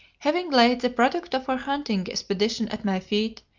having laid the product of her hunting expedition at my feet,